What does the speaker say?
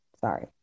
Sorry